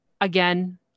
again